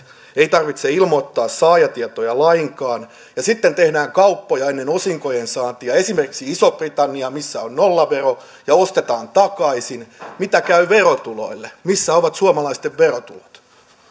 ei tarvitse ilmoittaa saajatietoja lainkaan ja sitten tehdään kauppoja ennen osinkojen saantia esimerkiksi isoon britanniaan missä on nollavero ja ostetaan takaisin miten käy verotuloille missä ovat suomalaisten verotulot